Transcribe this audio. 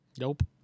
Nope